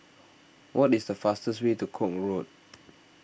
what is the fastest way to Koek Road